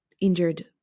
injured